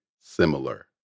similar